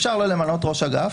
אפשר לא למנות ראש אגף,